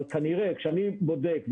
אבל כנראה כשאני בודק,